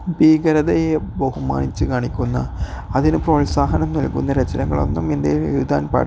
ഭീകരതയെ ബഹുമാനിച്ചു കാണിക്കുന്ന അതിന് പ്രോത്സാഹനം നൽകുന്ന രചനകളൊന്നും ഇന്ത്യയിൽ എഴുതാൻ പാടില്ല